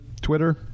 Twitter